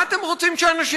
מה אתם רוצים שהאנשים